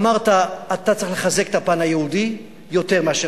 אמרת: אתה צריך לחזק את הפן היהודי יותר מאשר